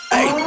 Hey